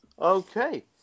Okay